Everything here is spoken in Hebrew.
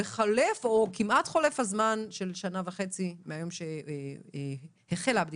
וחולף או כמעט חולף הזמן של שנה וחצי מהיום שהחלה הבדיקה.